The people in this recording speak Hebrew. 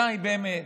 די באמת.